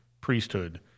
priesthood